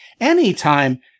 Anytime